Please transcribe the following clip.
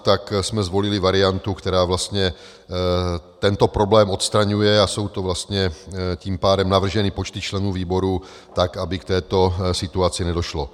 Tak jsme zvolili variantu, která vlastně tento problém odstraňuje a jsou vlastně tím pádem navrženy počty členů výborů tak, aby k této situaci nedošlo.